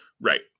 Right